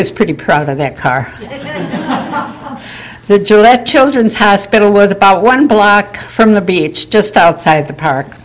i'm pretty proud of that car the gillette children's hospital was about one block from the beach just outside of the park